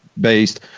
based